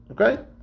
Okay